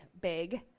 big